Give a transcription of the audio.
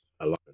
alone